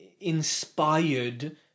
inspired